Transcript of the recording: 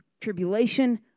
tribulation